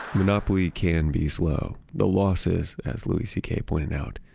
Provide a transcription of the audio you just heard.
monopoly can be slow. the losses as louis c k. pointed out,